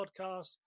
podcast